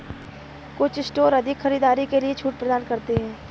कुछ स्टोर अधिक खरीदारी के लिए अतिरिक्त छूट प्रदान करते हैं